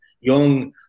young